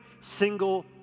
single